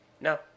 No